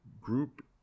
group